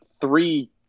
three